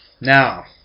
Now